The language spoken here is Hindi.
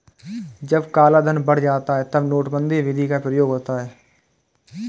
जब कालाधन बढ़ जाता है तब नोटबंदी विधि का प्रयोग होता है